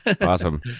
awesome